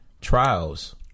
trials